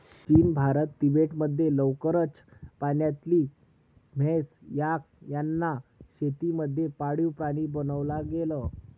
चीन, भारत, तिबेट मध्ये लवकरच पाण्यातली म्हैस, याक यांना शेती मध्ये पाळीव प्राणी बनवला गेल